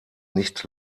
nicht